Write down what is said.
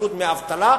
יקבלו דמי אבטלה,